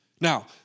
Now